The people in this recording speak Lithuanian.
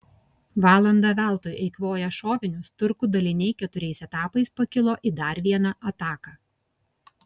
valandą veltui eikvoję šovinius turkų daliniai keturiais etapais pakilo į dar vieną ataką